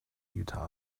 utah